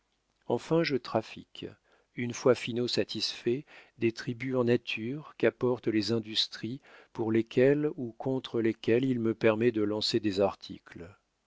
enfin je trafique une fois finot satisfait des tributs en nature qu'apportent les industries pour lesquels ou contre lesquels il me permet de lancer des articles